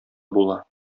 була